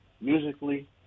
musically